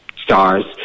stars